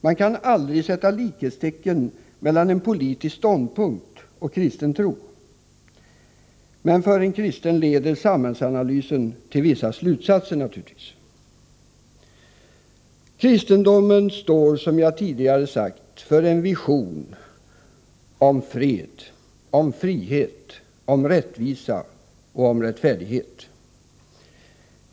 Det kan aldrig sättas likhetstecken mellan en politisk ståndpunkt och kristen tro. För en kristen leder dock samhällsanalysen naturligtvis till vissa slutsatser. Kristendomen står, som jag tidigare sagt, för en vision av fred, frihet, rättvisa och rättfärdighet.